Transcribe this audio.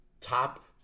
top